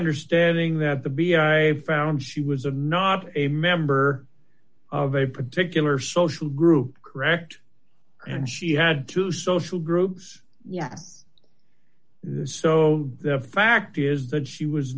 understanding that the b i found she was a not a member of a particular social group correct and she had two social groups yes there is so the fact is that she was